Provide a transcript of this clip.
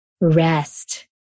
rest